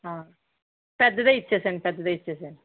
పెద్దదే ఇచ్చేయండి పెద్దదే ఇచ్చేయండి